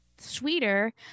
sweeter